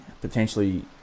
potentially